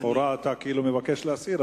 לכאורה אתה כאילו מבקש להסיר,